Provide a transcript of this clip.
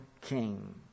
king